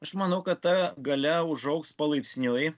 aš manau kad ta galia užaugs palaipsniui